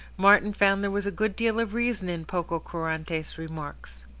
martin found there was a good deal of reason in pococurante's remarks.